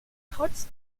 trotz